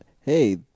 Hey